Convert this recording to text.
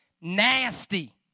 nasty